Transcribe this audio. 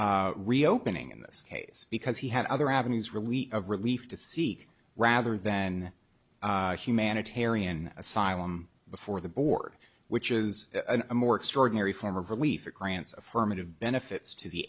reopening in this case because he had other avenues relieved of relief to seek rather than humanitarian asylum before the board which is a more extraordinary form of relief or krantz affirmative benefits to the